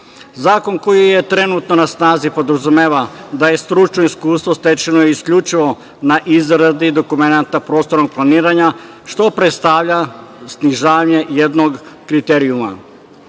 Zakon koji je trenutno na snazi podrazumeva da je stručno iskustvo stečeno isključivo na izradi dokumenata prostornog planiranja, što predstavlja snižavanje jednog kriterijuma. Mi